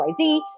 XYZ